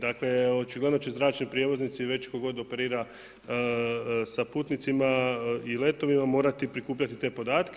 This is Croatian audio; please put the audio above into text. Dakle očigledno će zračni prijevoznici već tko god operira sa putnicima i letovima morati prikupljati te podatke.